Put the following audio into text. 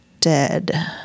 dead